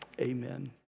amen